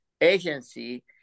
agency